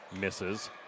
misses